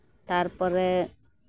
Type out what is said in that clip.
ᱛᱟᱨᱯᱚᱨᱮ